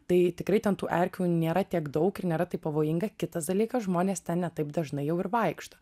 tai tikrai ten tų erkių nėra tiek daug ir nėra taip pavojinga kitas dalykas žmonės ten ne taip dažnai jau ir vaikšto